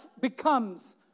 becomes